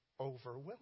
overwhelming